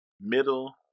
middle